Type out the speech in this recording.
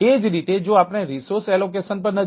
એ જ રીતે જો આપણે રિસોર્સ એલોકેશન ની